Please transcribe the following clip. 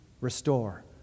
Restore